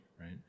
right